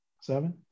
Seven